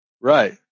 Right